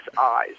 eyes